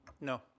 No